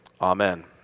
Amen